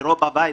ורוב הבית,